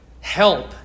help